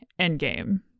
endgame